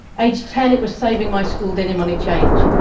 age ten, it was saving my school dinner money change.